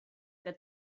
que